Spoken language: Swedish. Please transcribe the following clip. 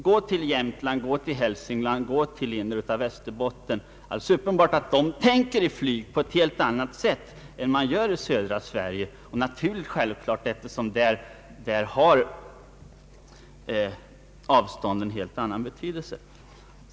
Det är alldeles uppenbart att man i t.ex. Jämtland, Hälsingland och det inre av Västerbotten tänker i flyg på ett helt annat sätt än man gör i södra Sverige. Det är kanske självklart, eftersom avstånden i norra Sverige har helt annan betydelse.